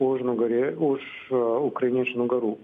užnugary už ukrainiečių nugarų